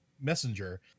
messenger